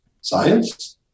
science